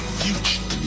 future